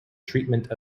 treatment